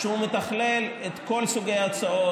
שהוא מתכלל את כל סוגי ההצעות.